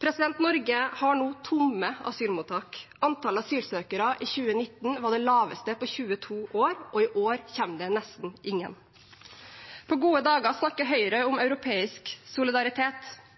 Norge har nå tomme asylmottak. Antallet asylsøkere i 2019 var det laveste på 22 år, og i år kommer det nesten ingen. På gode dager snakker Høyre om europeisk solidaritet.